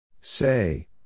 Say